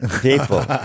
people